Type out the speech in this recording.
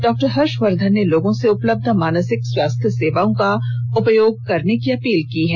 डॉ हर्षवर्धन ने लोगों से उपलब्ध मानसिक स्वास्थ्य सेवाओं का उपयोग करने की अपील की है